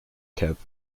kept